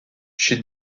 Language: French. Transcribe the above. chez